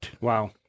Wow